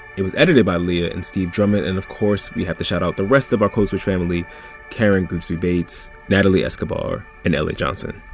it was edited by leah and steve drummond. and of course, we have to shout out the rest of our code switch family karen grigsby bates, natalie escobar and la johnson.